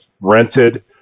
rented